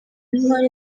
n’intore